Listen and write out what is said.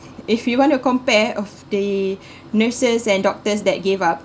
if you want to compare of the nurses and doctors that gave up